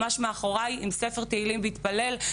ממש מאחורי התפלל עם ספר תהילים וראה